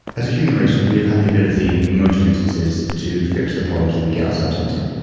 as a human race, we have had the ability, in most instances, to fix the problems that we get ourselves into.